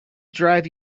drive